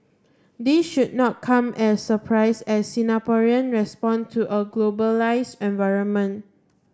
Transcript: this should not come as surprise as Singaporean respond to a globalise environment